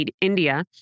India